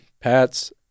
Pats